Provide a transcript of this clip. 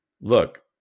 look